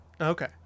Okay